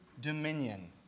dominion